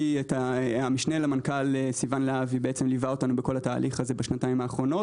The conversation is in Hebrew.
המשנה למנכ"ל סיוון להבי ליווה אותנו בכל התהליך הזה בשנתיים האחרונות.